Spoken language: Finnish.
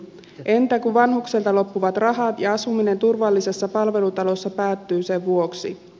entä kun vanhukselta loppuvat rahat ja asuminen turvallisessa palvelutalossa päättyy sen vuoksi